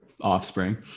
offspring